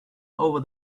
over